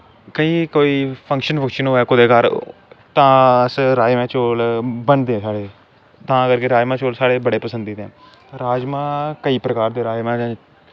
तांई कोई function function होऐ कुतै घर तां अस राजमा चौल बनदे साढ़ै तां करके राजमा चौल साढ़े बड़े पसंदीदा न राजमा केंई प्रकार दे राजमा